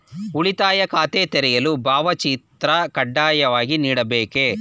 ಉಳಿತಾಯ ಖಾತೆ ತೆರೆಯಲು ಭಾವಚಿತ್ರ ಕಡ್ಡಾಯವಾಗಿ ನೀಡಬೇಕೇ?